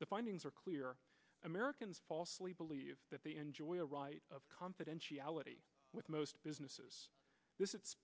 the findings are clear americans falsely believe that they enjoy a right of confidentiality with most businesses this